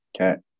Okay